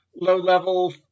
low-level